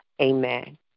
Amen